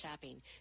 shopping